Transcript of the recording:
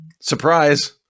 Surprise